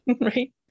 Right